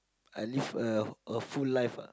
I live a a full life